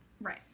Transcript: Right